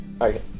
Okay